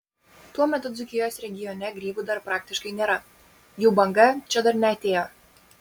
tuo metu dzūkijos regione grybų dar praktiškai nėra jų banga čia dar neatėjo